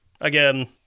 again